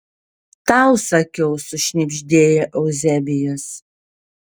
tau sakiau sušnibždėjo euzebijus